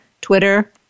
Twitter